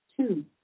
two